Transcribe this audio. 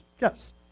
yes